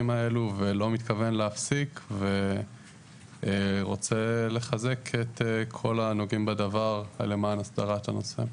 האלה ולא מתכוון להפסיק ורוצה לחזק את כל הנוגעים בדבר למען אסדרת הנושא.